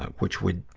which would,